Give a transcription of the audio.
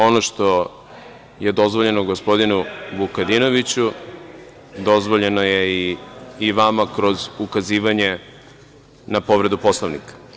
Ono što je dozvoljeno gospodinu Vukadinoviću dozvoljeno je i vama kroz ukazivanje na povredu Poslovnika.